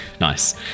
Nice